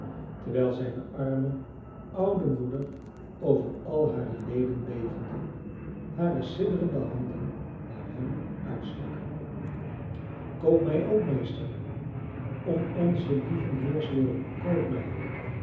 terwijl zijne arme oude moeder over al hare leden bevende hare sidderende handen naar hem uitstak koop mij ook meester om onzen lieven heerswil koop mij